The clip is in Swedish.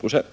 procent.